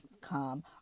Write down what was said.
come